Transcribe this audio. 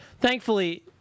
thankfully